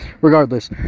regardless